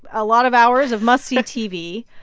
a lot of hours of must-see tv.